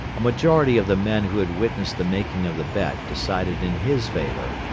a majority of the men who had witnessed the making of the bet decided in his favor,